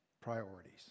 priorities